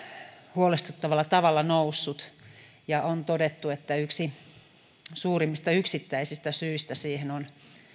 huolestuttavalla tavalla noussut ja on todettu että yksi suurimmista yksittäisistä syistä siihen on